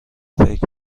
فکر